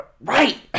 Right